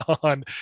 on